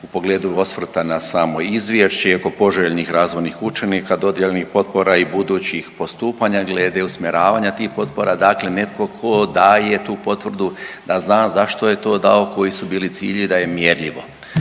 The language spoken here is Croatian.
u pogledu osvrta na samo izvješće i oko poželjnih razvojnih učinaka dodijeljenih potpora i budućih postupanja glede usmjeravanja tih potpora. Dakle, netko tko daje tu potvrdu da zna zašto je to dao, koji su bili ciljevi, da je mjerljivo